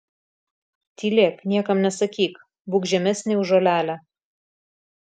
tylėk niekam nesakyk būk žemesnė už žolelę